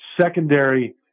secondary